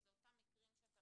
וזה אותם מקרים שאתה